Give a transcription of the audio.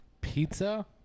Pizza